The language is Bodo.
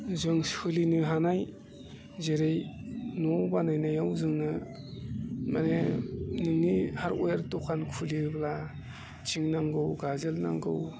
जों सोलिनो हानाय जेरै न' बानायनायाव जोङो माने न'नि हार्डवेर दखान खुलियोब्ला थिं नांगौ गाजोल नांगौ